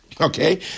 okay